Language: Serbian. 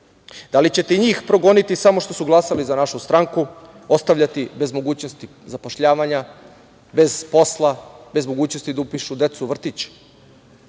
Da li ćete njih progoniti samo što su glasali za našu stranku, ostavljati bez mogućnosti zapošljavanja, bez posla, bez mogućnosti da upišu decu u